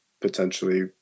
potentially